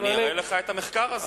אני אראה לך את המחקר הזה.